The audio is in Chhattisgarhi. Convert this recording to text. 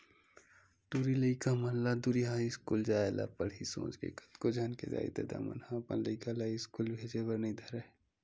टूरी लइका मन ला दूरिहा इस्कूल जाय ल पड़ही सोच के कतको झन के दाई ददा मन ह अपन लइका ला इस्कूल भेजे बर नइ धरय